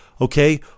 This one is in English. okay